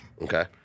Okay